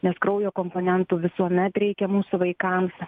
nes kraujo komponentų visuomet reikia mūsų vaikams